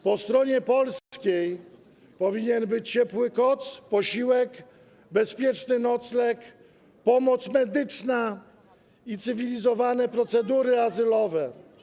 Po stronie polskiej powinien być ciepły koc, posiłek, bezpieczny nocleg, pomoc medyczna i cywilizowane procedury azylowe.